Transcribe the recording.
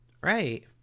Right